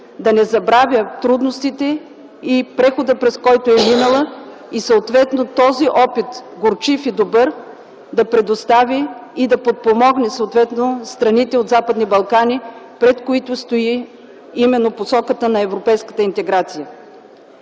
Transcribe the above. да не забравя трудностите и прехода, през който е минала. И съответно този опит – горчив и добър, да предостави и съответно да подпомогне страните от Западните Балкани, пред които именно стои посоката на европейската интеграция.